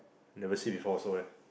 never see before also ah